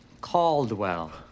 Caldwell